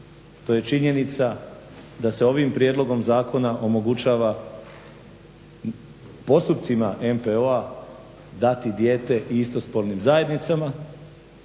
to je činjenica da se ovim prijedlogom zakona omogućava, postupcima MPO-a dati dijete i istospolnim zajednicama.